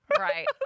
Right